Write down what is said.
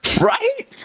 Right